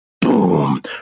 boom